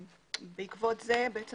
ובעקבות זה בעצם